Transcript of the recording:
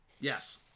Yes